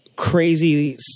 crazy